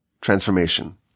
transformation